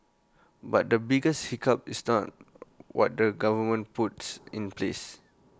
but the biggest hiccup is not what the government puts in place